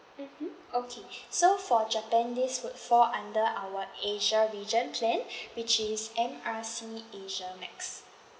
mmhmm okay sure so for japan this would fall under our asia region plan which is M R C asia max